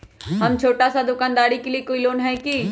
हम छोटा सा दुकानदारी के लिए कोई लोन है कि?